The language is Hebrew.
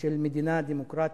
של מדינה דמוקרטית,